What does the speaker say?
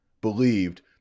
believed